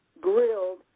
grilled